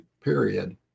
period